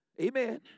Amen